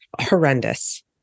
horrendous